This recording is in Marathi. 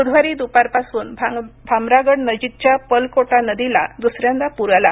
बुधवारी दुपारपासून भामरागड नजीकच्या पर्लकोटा नदीला दुसऱ्यांदा पूर आला